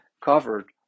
covered